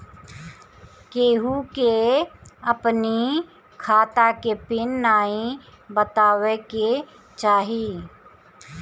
केहू के अपनी खाता के पिन नाइ बतावे के चाही